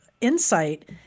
insight